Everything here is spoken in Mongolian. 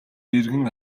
эргэн